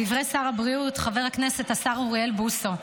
דברי שר הבריאות חבר הכנסת השר אוריאל בוסו,